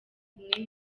kumwe